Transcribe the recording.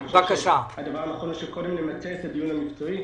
אני חושב שהדבר הנכון שקודם נמצה את הדיון המקצועי.